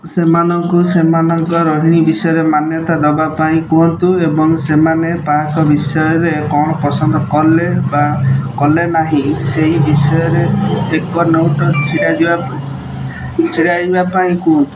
ସେମାନଙ୍କୁ ସେମାନଙ୍କ ରହଣି ବିଷୟରେ ମାନ୍ୟତା ଦେବାପାଇଁ କୁହନ୍ତୁ ଏବଂ ସେମାନେ ପାର୍କ ବିଷୟରେ କ'ଣ ପସନ୍ଦ କଲେ ବା କଲେନାହିଁ ସେହି ବିଷୟରେ ଏକ ନୋଟ ଛିଡାଯିବା ଛିଡାଇବାପାଇଁ କୁହନ୍ତୁ